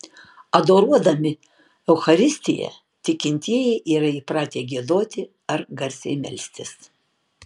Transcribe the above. adoruodami eucharistiją tikintieji yra įpratę giedoti ar garsiai melstis